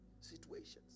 situations